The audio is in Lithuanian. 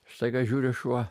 staiga žiūriu šuo